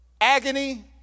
agony